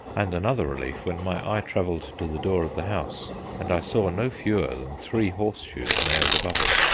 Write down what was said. and another relief when my eye travelled to the door of the house and i saw no fewer than three horseshoes nailed above it.